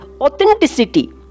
authenticity